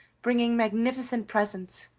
bringing magnificent presents,